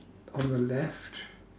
on the left